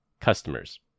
Customers